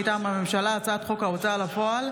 מטעם הממשלה: